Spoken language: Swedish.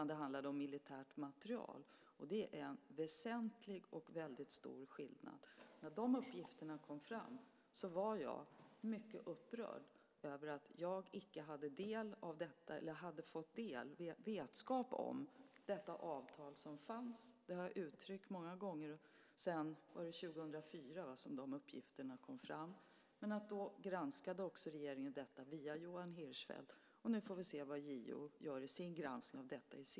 Det handlade om militär materiel, och det är en väsentlig och väldigt stor skillnad. När de uppgifterna kom fram var jag mycket upprörd över att jag inte hade fått vetskap om att detta avtal fanns. Det har jag uttryckt många gånger sedan 2004 då dessa uppgifter kom fram. Men då granskade regeringen detta via Johan Hirschfeldt. Nu får vi ser vad JO gör i sin granskning av detta.